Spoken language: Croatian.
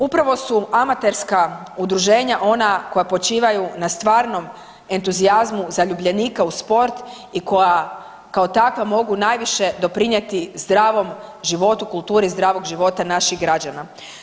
Upravo su amaterska udruženja ona koja počivaju na stvarnom entuzijazmu zaljubljenika u sport i koja kao takva mogu najviše doprinijeti zdravom životu kulture i zdravog života naših građana.